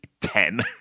ten